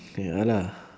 ya lah